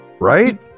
Right